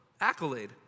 accolade